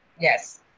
Yes